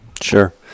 Sure